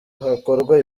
hakorwa